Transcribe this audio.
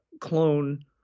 clone